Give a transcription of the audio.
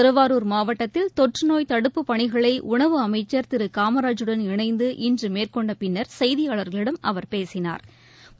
திருவாரூர் மாவட்டத்தில் தொற்று நோய் தடுப்புப் பணிகளை உணவு அமைச்சா் திரு காமராஜூடன் இணைந்து இன்று மேற்கொண்ட பின்னா் செய்தியாளா்களிடம் அவா் பேசினாா்